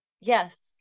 Yes